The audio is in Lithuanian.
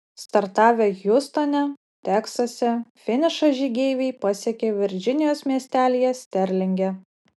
startavę hjustone teksase finišą žygeiviai pasiekė virdžinijos miestelyje sterlinge